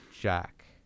Jack